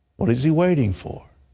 what is he waiting for?